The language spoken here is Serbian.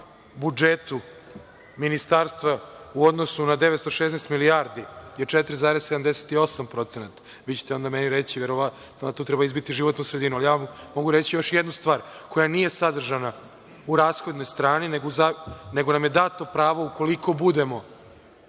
budžetu Ministarstva u odnosu na 916 milijardi je 4,78%. Vi ćete onda meni reći da tu treba izbiti životnu sredinu. Ali, ja vam mogu reći još jednu stvar koja nije sadržana u rashodnoj strani, nego nam je dato pravo ukoliko budemo